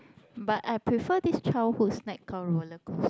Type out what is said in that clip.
but I prefer this childhood snack called roller coaster